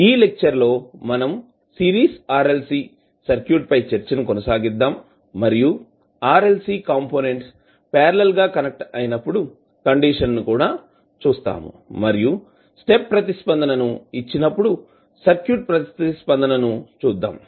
ఈ లెక్చర్ లో మనం సిరీస్ RLC సర్క్యూట్ పై చర్చను కొనసాగిద్దాం మరియు RLC కంపోనెంట్స్ పార్లల్ గా కనెక్ట్ అయినప్పుడు కండిషన్ ని కూడా చూస్తాము మరియు స్టెప్ ప్రతిస్పందన ను ఇచ్చినప్పుడు సర్క్యూట్ ప్రతిస్పందన ని చూద్దాం